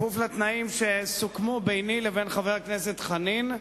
בכפוף לתנאים שסוכמו ביני ובין חבר הכנסת חנין,